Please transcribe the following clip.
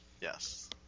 Yes